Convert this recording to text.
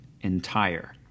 Entire